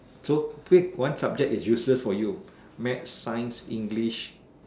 so pick one subject that is useless for you math science English